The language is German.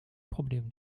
problem